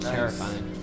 Terrifying